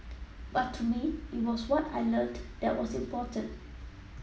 but to me it was what I learnt that was important